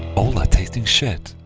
ola tasting shit,